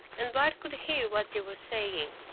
and bart could hear what they were saying.